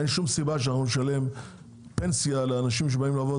אין שום סיבה שנשלם פנסיה לאנשים שבאים לעבוד